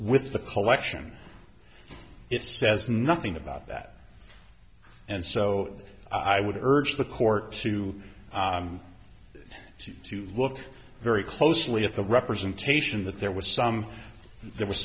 with the collection it says nothing about that and so i would urge the court to see to look very closely at the representation that there was some there was